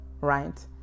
right